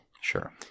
Sure